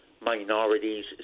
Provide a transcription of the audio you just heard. minorities